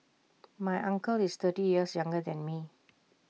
my uncle is thirty years younger than me